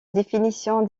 définition